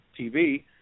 TV